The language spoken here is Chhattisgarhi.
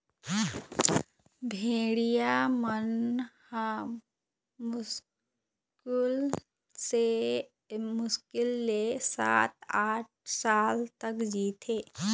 भेड़िया मन ह मुस्कुल ले सात, आठ साल तक जीथे